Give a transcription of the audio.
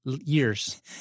Years